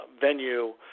venue